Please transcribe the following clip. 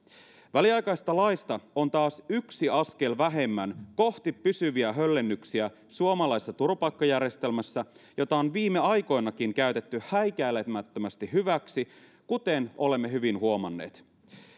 väliaikaisesta laista on taas yksi askel vähemmän kohti pysyviä höllennyksiä suomalaisessa turvapaikkajärjestelmässä jota on viime aikoinakin käytetty häikäilemättömästi hyväksi kuten olemme hyvin huomanneet